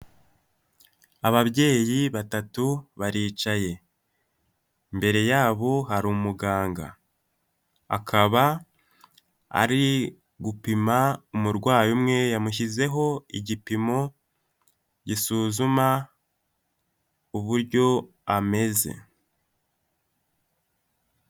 Ababyeyi batatu baricaye imbere yabo hari umuganga akaba ari gupima umurwayi umwe yamushyizeho igipimo gisuzuma uburyo ameze.